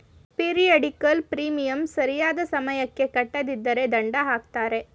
periodical premium ಸರಿಯಾದ ಸಮಯಕ್ಕೆ ಕಟ್ಟದಿದ್ದರೆ ದಂಡ ಹಾಕ್ತರೆ